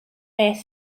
beth